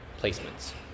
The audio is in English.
placements